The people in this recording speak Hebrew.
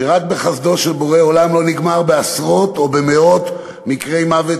שרק בחסדו של בורא עולם לא נגמר בעשרות או במאות מקרי מוות